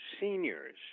seniors